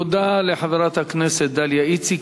תודה לחברת הכנסת דליה איציק.